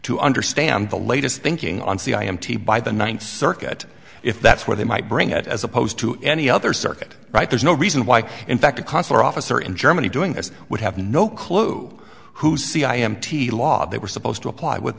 to understand the latest thinking on c i m t by the ninth circuit if that's where they might bring it as opposed to any other circuit right there's no reason why in fact a consular officer in germany doing this would have no clue who c i m t law they were supposed to apply with